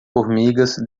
formigas